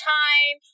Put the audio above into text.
time